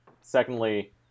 secondly